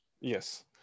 Yes